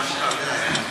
גם אודה לך.